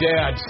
Dad